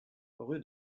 rue